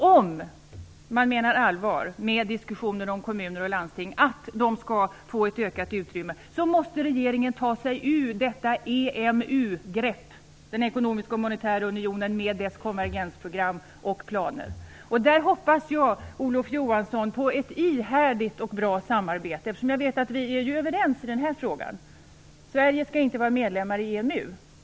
Om man menar allvar med diskussionen om kommuner och landsting, dvs. att de skall få ett ökat utrymme, måste regeringen ta sig ur detta EMU-grepp, den ekonomiska och monetära unionen, med dess konvergensprogram och planer. Där hoppas jag på ett ihärdigt och bra samarbete, Olof Johansson, eftersom jag vet att vi är överens i den frågan. Sverige skall inte vara medlem i EMU.